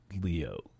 Leo